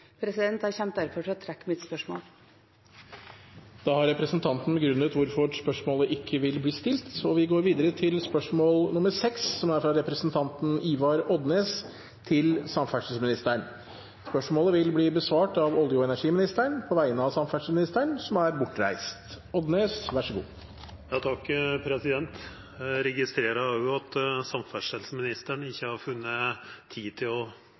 Jeg trekker derfor spørsmålet mitt. Da har representanten Marit Arnstad begrunnet hvorfor spørsmålet ikke vil bli stilt, og vi går videre til neste spørsmål. Dette spørsmålet, fra representanten Ivar Odnes til samferdselsministeren, vil bli besvart av olje- og energiministeren på vegne av samferdselsministeren, som er bortreist. Eg har dette spørsmålet til samferdselsministeren: «I Moss Avis den 4. januar 2018 fremkommer det at Statens vegvesen igjen vil gå bredt ut for å